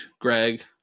Greg